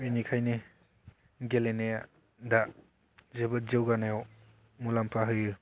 बिनिखायनो गेलेनाया दा जोबोद जौगानायाव मुलाम्फा होयो